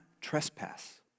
trespass